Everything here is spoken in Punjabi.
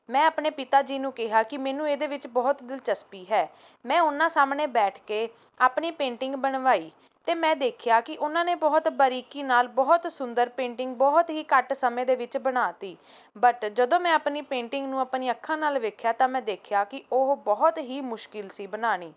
ਮੈਂ ਆਪਣੇ ਪਿਤਾ ਜੀ ਨੂੰ ਕਿਹਾ ਕਿ ਮੈਨੂੰ ਇਹਦੇ ਵਿੱਚ ਬਹੁਤ ਦਿਲਚਸਪੀ ਹੈ ਮੈਂ ਉਹਨਾਂ ਸਾਹਮਣੇ ਬੈਠ ਕੇ ਆਪਣੀ ਪੇਂਟਿੰਗ ਬਣਵਾਈ ਅਤੇ ਮੈਂ ਦੇਖਿਆ ਕਿ ਉਹਨਾਂ ਨੇ ਬਹੁਤ ਬਰੀਕੀ ਨਾਲ ਬਹੁਤ ਸੁੰਦਰ ਪੇਂਟਿੰਗ ਬਹੁਤ ਹੀ ਘੱਟ ਸਮੇਂ ਦੇ ਵਿੱਚ ਬਣਾ ਦਿੱਤੀ ਬਟ ਜਦੋਂ ਮੈਂ ਆਪਣੀ ਪੇਂਟਿੰਗ ਨੂੰ ਆਪਣੀ ਅੱਖਾਂ ਨਾਲ ਵੇਖਿਆ ਤਾਂ ਮੈਂ ਦੇਖਿਆ ਕਿ ਉਹ ਬਹੁਤ ਹੀ ਮੁਸ਼ਕਿਲ ਸੀ ਬਣਾਊਣੀ